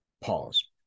Pause